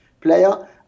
player